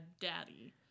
daddy